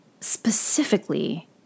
specifically